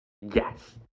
Yes